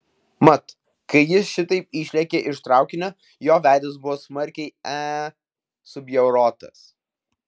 mat kai jis šitaip išlėkė iš traukinio jo veidas buvo smarkiai e subjaurotas